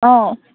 অঁ